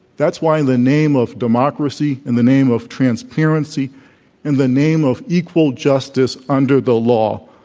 that's why the name of democracy and the name of transparency and the name of equal justice under the law.